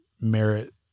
merit